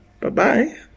Bye-bye